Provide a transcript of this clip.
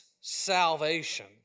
salvation